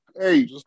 Hey